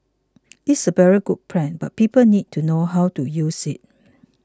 is a very good plan but people need to know how to use it